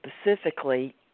specifically